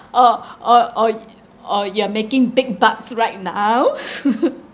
or or or y~ or you are making big bucks right now